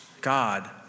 God